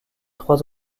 trois